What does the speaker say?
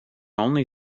only